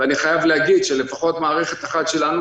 אני חייב להגיד שלפחות מערכת אחת שלנו